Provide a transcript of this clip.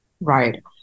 Right